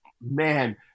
man